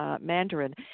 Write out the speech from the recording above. Mandarin